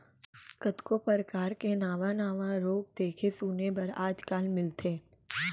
कतको परकार के नावा नावा रोग देखे सुने बर आज काल मिलथे